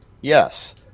Yes